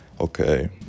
Okay